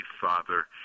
father